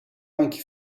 anki